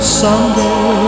someday